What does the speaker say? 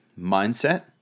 mindset